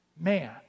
Man